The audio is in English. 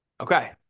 Okay